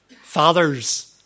Fathers